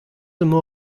emañ